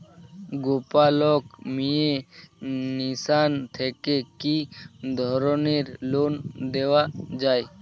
গোপালক মিয়ে কিষান থেকে কি ধরনের লোন দেওয়া হয়?